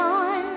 on